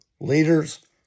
leaders